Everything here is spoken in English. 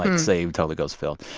saved, holy ghost-filled.